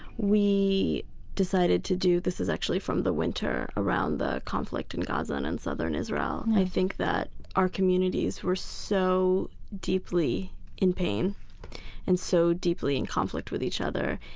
we decided to do, this is actually from the winter around the conflict in gaza and in southern israel. i think that our communities were so deeply in pain and so deeply in conflict with each other.